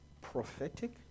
prophetic